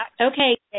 Okay